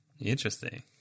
Interesting